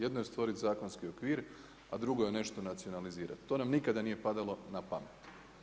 Jedno je stvorit zakonski okvir, a drugo je nešto nacionalizirat, to nam nikada nije padalo na pamet.